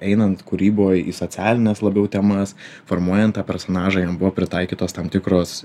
einant kūryboj į socialines labiau temas formuojant tą personažą jam buvo pritaikytos tam tikros